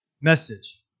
message